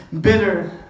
bitter